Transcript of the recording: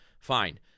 Fine